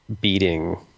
beating